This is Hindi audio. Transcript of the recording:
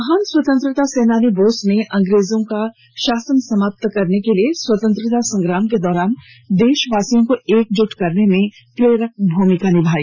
महान स्वतंत्रता सेनानी बोस ने अंग्रेजों का शासन समाप्त करने के लिए स्वतंत्रता संग्राम के दौरान देशवासियों को एकजुट करने में प्रेरक भूमिका निभाई